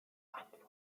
antwort